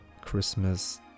Christmas